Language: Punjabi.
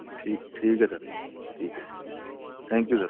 ਠੀ ਠੀਕ ਹੈ ਸਰ ਠੀਕ ਹੈ ਥੈਂਕ ਯੂ ਸਰ